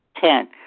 Ten